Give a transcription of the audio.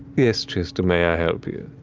yes, jester, may i help you?